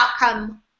outcome